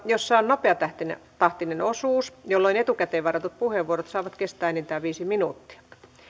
jossa on nopeatahtinen osuus jolloin etukäteen varatut puheenvuorot saavat kestää enintään viisi minuuttia